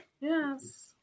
Yes